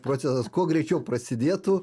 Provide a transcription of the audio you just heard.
procesas kuo greičiau prasidėtų